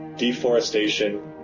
deforestation,